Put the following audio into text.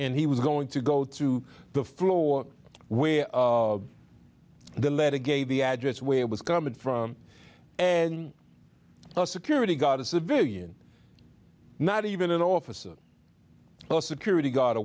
and he was going to go to the floor where the letter gave the address where it was coming from a security guard a civilian not even an officer or security guard a